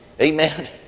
Amen